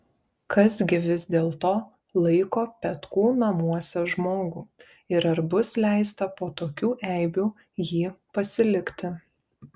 kas gi vis dėlto laiko petkų namuose žmogų ir ar bus leista po tokių eibių jį pasilikti